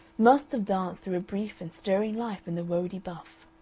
must have danced through a brief and stirring life in the woady buff.